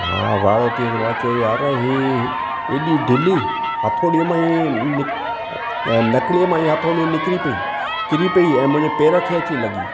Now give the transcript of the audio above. मां वाइड़ो थी वियुसि मां चयो यार हीउ एॾी ढिली हथोड़ी मां नकलीअ मां ई हथोड़ी निकिरी पई किरी पई ऐं मुंहिंजे पेरि खे अची लॻी